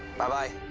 bye-bye.